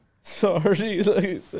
Sorry